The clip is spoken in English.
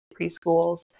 preschools